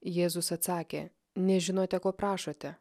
jėzus atsakė nežinote ko prašote